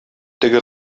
теге